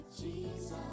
Jesus